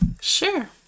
Sure